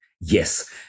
Yes